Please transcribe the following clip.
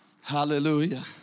Hallelujah